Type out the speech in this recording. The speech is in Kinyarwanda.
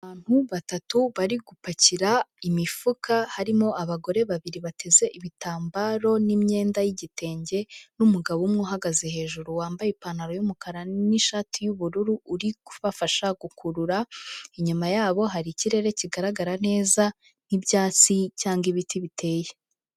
Abantu batatu bari gupakira imifuka harimo abagore babiri bateze ibitambaro n'imyenda y'igitenge n'umugabo umwe uhagaze hejuru wambaye ipantaro y'umukara n'ishati y'ubururu uri kubafasha gukurura, inyuma yabo hari ikirere kigaragara neza n'ibyatsi cyangwa ibiti biteye.